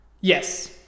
Yes